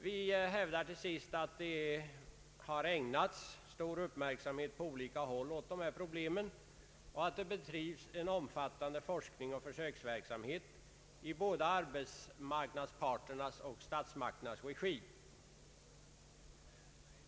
Vi hävdar till sist att det har ägnats stor uppmärksamhet på olika håll åt dessa problem samt att en omfattande forskningsoch försöksverksamhet bedrivs i både arbetsmarknadsparternas och statsmakternas regi.